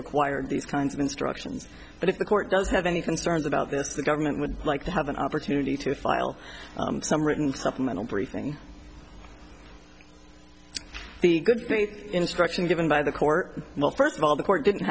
required these kinds of instructions but if the court does have any concerns about this the government would like to have an opportunity to file some written supplemental briefing the good instruction given by the court well first of all the court didn't